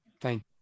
Thank